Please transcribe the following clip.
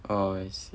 oh yes